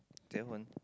then when